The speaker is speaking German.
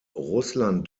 russland